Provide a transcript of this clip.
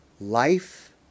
Life